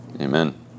Amen